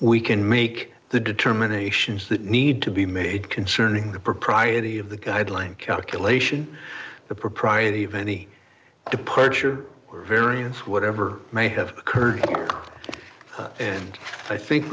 we can make the determinations that need to be made concerning the propriety of the guideline calculation the propriety of any departure or variance whatever may have occurred and i think